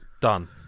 Done